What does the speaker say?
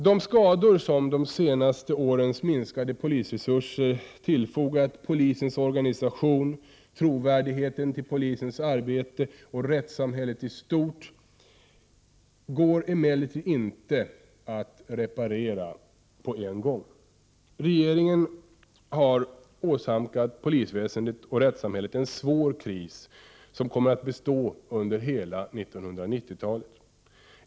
De skador som de senaste årens minskade polisresurser har tillfogat polisens organisation, trovärdigheten till polisens arbete och rättssamhället i stort går emellertid inte att reparera på en gång. Regeringen har åsamkat polisväsendet och rättssamhället en svår kris, som kommer att bestå under hela 1990-talet.